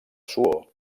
suor